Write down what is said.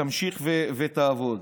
תמשיך ותעבוד.